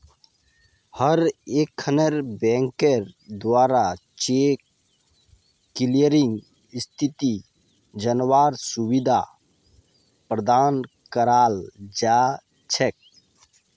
हर एकखन बैंकेर द्वारा चेक क्लियरिंग स्थिति जनवार सुविधा प्रदान कराल जा छेक